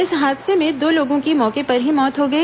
इस हादसे में दो लोगों की मौके पर ही मौत हो गई